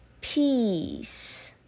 Peace